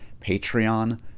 patreon